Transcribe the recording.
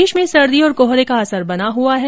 प्रदेश में सर्दी और कोहरे का असर बना हुआ है